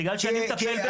בגלל שאני מטפל,